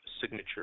signature